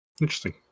Interesting